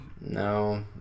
No